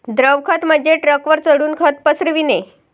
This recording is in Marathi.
द्रव खत म्हणजे ट्रकवर चढून खत पसरविणे